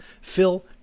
Phil